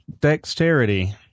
dexterity